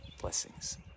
blessings